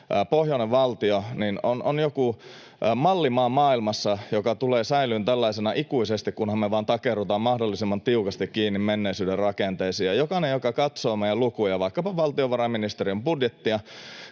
pohjoinen valtio, on maailmassa joku mallimaa, joka tulee säilymään tällaisena ikuisesti, kunhan me vaan takerrutaan mahdollisimman tiukasti kiinni menneisyyden rakenteisiin. Ja jokainen, joka katsoo meidän lukuja — vaikkapa valtiovarainministeriön budjettia,